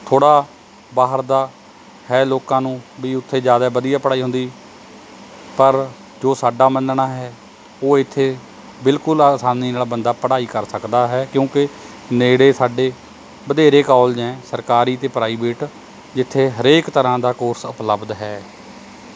ਥੋੜ੍ਹਾ ਬਾਹਰ ਦਾ ਹੈ ਲੋਕਾਂ ਨੂੰ ਵੀ ਉੱਥੇ ਜ਼ਿਆਦਾ ਵਧੀਆ ਪੜ੍ਹਾਈ ਹੁੰਦੀ ਪਰ ਜੋ ਸਾਡਾ ਮੰਨਣਾ ਹੈ ਉਹ ਇੱਥੇ ਬਿਲਕੁਲ ਆਸਾਨੀ ਨਾਲ਼ ਬੰਦਾ ਪੜ੍ਹਾਈ ਕਰ ਸਕਦਾ ਹੈ ਕਿਉਂਕਿ ਨੇੜੇ ਸਾਡੇ ਵਧੇਰੇ ਕੋਲਜ ਹੈ ਸਰਕਾਰੀ ਅਤੇ ਪ੍ਰਾਈਵੇਟ ਜਿੱਥੇ ਹਰੇਕ ਤਰ੍ਹਾਂ ਦਾ ਕੋਰਸ ਉਪਲਬਧ ਹੈ